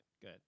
Good